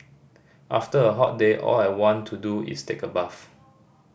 after a hot day all I want to do is take a bath